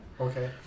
Okay